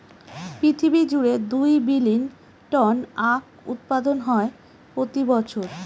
পৃথিবী জুড়ে দুই বিলীন টন আখ উৎপাদন হয় প্রতি বছর